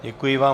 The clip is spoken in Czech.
Děkuji vám.